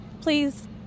Please